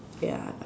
ya